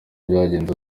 byagenze